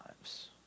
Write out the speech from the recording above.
lives